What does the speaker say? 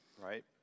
Right